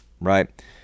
right